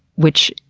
which,